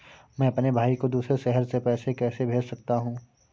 मैं अपने भाई को दूसरे शहर से पैसे कैसे भेज सकता हूँ?